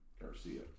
Garcia